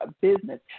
business